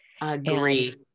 Agree